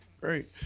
great